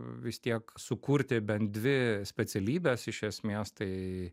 vis tiek sukurti bent dvi specialybes iš esmės tai